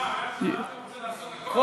מה,